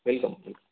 welcome welcome